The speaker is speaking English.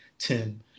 Tim